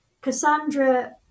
Cassandra